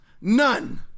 None